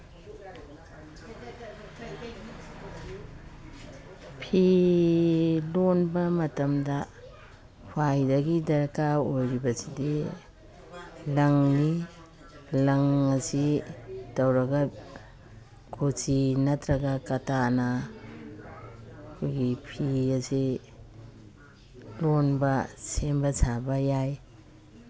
ꯐꯤ ꯂꯣꯟꯕ ꯃꯇꯝꯗ ꯈ꯭ꯋꯥꯏꯗꯒꯤ ꯗꯔꯀꯥꯔ ꯑꯣꯏꯔꯤꯕꯁꯤꯗꯤ ꯂꯪꯅꯤ ꯂꯪ ꯑꯁꯤ ꯇꯧꯔꯒ ꯀꯣꯆꯤ ꯅꯠꯇ꯭ꯔꯒ ꯀꯇꯥꯅ ꯑꯩꯈꯣꯏꯒꯤ ꯐꯤ ꯑꯁꯤ ꯂꯣꯟꯕ ꯁꯦꯝꯕ ꯁꯥꯕ ꯌꯥꯏ